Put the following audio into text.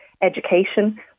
education